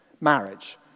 Marriage